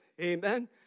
Amen